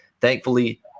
Thankfully